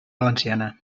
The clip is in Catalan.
valenciana